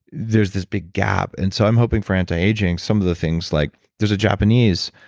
there's this big gap. and so, i'm hoping for anti-aging, some of the things like. there's a japanese